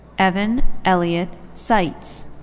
evan elliott seitz.